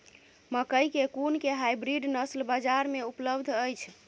मकई केँ कुन केँ हाइब्रिड नस्ल बजार मे उपलब्ध अछि?